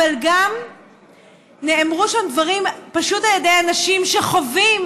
אבל גם נאמרו שם דברים פשוט על ידי אנשים שחווים